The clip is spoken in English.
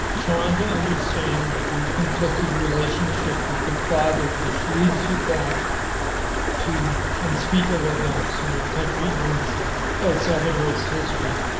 trying to understand your conflicting relationship with your father which leads you back to unspeakable events in your country, in el salvador's history.